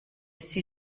sie